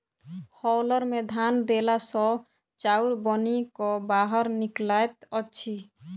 hauler मे धान देला सॅ चाउर बनि क बाहर निकलैत अछि